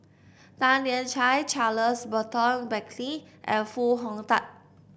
Tan Lian Chye Charles Burton Buckley and Foo Hong Tatt